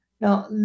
Now